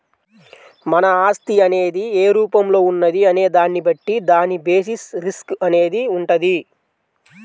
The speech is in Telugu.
మన ఆస్తి అనేది ఏ రూపంలో ఉన్నది అనే దాన్ని బట్టి దాని బేసిస్ రిస్క్ అనేది వుంటది